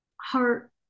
heart